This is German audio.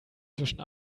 zwischen